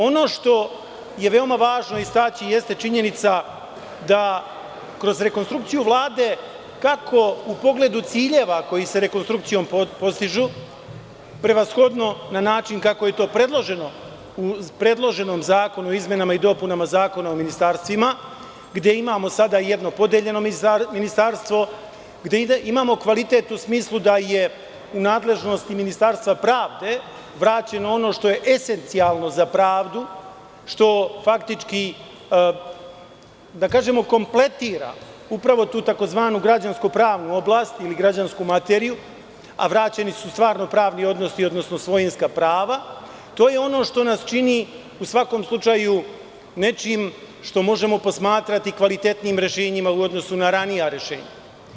Ono što je veoma važno istaći jeste činjenica da kroz rekonstrukciju Vlade, kako u pogledu ciljeva koji se rekonstrukcijom postižu, prevashodno na način kako je to predloženo u predloženom zakonu o izmenama i dopunama Zakona o ministarstvima, gde imamo sada jedno podeljeno ministarstvo, gde imamo kvalitet u smislu da je u nadležnosti Ministarstva pravde vraćeno ono što je esencijalno za pravdu, što faktički kompletira upravo tu tzv. građansko-pravnu oblast ili građansku materiju, a vraćeni su stvarno-pravni odnosi, odnosno svojinska prava, to je ono što nas čini u svakom slučaju nečim što možemo posmatrati kvalitetnijim rešenjima u odnosu na ranija rešenja.